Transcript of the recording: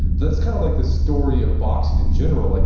that's kind of like the story of boxing in general. like